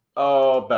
oh, beth,